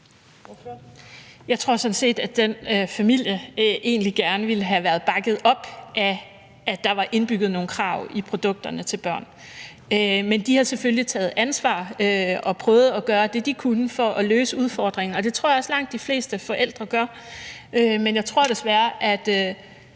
Jeg tror sådan set, at den familie egentlig gerne ville have været bakket op af, at der var indbygget nogle krav i produkterne til børn. Men de har selvfølgelig taget ansvar og prøvet at gøre det, de kunne for at løse udfordringen. Og det tror jeg også langt de fleste forældre gør, men jeg tror desværre